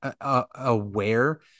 aware